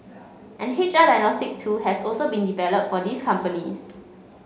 an H R diagnostic tool has also been developed for these companies